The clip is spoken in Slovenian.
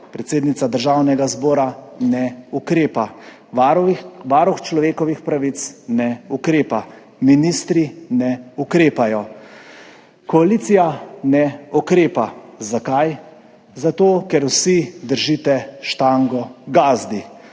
predsednica Državnega zbora ne ukrepa, Varuh človekovih pravic ne ukrepa, ministri ne ukrepajo, koalicija ne ukrepa. Zakaj? Zato, ker vsi držite štango gazdi.